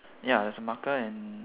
ya there's a marker and